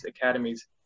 academies